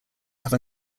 have